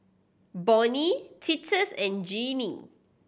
Bonny Titus and Jeannie